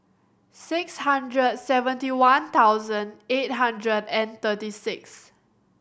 six hundred seventy one thousand eight hundred and thirty six